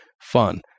fun